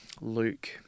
Luke